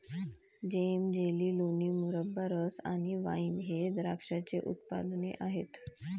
जेम, jelly, लोणी, मुरब्बा, रस आणि वाइन हे द्राक्षाचे उत्पादने आहेत